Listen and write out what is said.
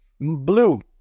Blue